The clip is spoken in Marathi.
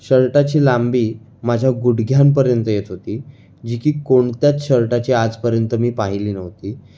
शर्टाची लांबी माझ्या गुडघ्यांपर्यंत येत होती जी की कोणत्याच शर्टाची आजपर्यंत मी पाहिली नव्हती